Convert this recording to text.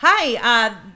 Hi